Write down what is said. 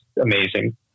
amazing